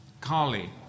Carly